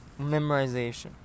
memorization